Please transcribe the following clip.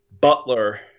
Butler